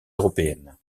européennes